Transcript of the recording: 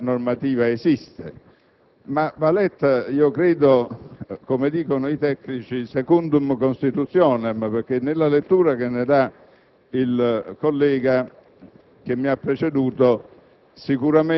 Indiscutibilmente questa normativa esiste, ma va letta, io credo, come dicono i tecnici, *secundum* *Constitutionem*, perché nella lettura che ne dà il collega